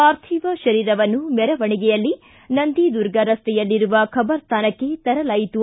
ಪಾರ್ಥಿವ ಶರೀರವನ್ನು ಮೆರವಣಿಗೆಯಲ್ಲಿ ನಂದಿ ದುರ್ಗ ರಸ್ತೆಯಲ್ಲಿರುವ ಖಬರಸ್ತಾನಕ್ಕೆ ತರಲಾಯಿತು